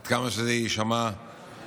עד כמה שזה יישמע לפלא,